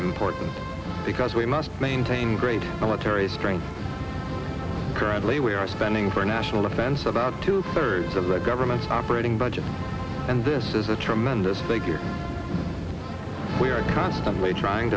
important because we must maintain great military strength currently we are spending for national defense about two thirds of the government's operating budget and this is a tremendous big year we are constantly trying